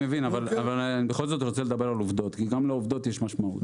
אבל אני בכל זאת רוצה לדבר על עובדות כי גם לעובדות יש משמעות.